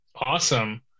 Awesome